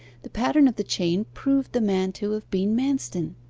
the pattern of the chain proved the man to have been manston.